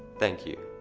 thank you.